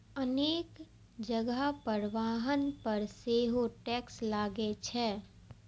अनेक जगह पर वाहन पर सेहो टैक्स लागै छै